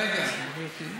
רגע, גברתי.